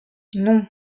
non